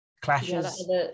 clashes